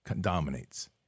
dominates